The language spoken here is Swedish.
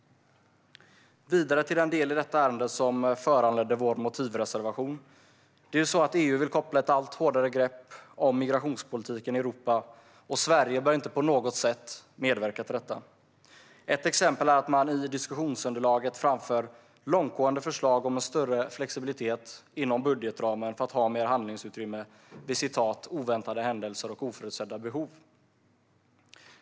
Vidare till den del i detta ärende som föranledde vår motivreservation. Det är ju så att EU vill koppla ett allt hårdare grepp om migrationspolitiken i Europa. Sverige bör inte på något sätt medverka till detta. Ett exempel är att man i diskussionsunderlaget framför långtgående förslag om större flexibilitet inom budgetramen för att ha mer handlingsutrymme vid "oväntade händelser och oförutsedda behov".